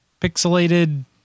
pixelated